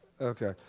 Okay